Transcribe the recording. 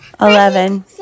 eleven